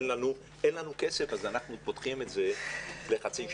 שאין לנו כסף אנחנו פותחים את זה לחצי שבוע.